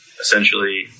essentially